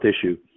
issue